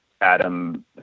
Adam